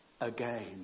again